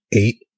eight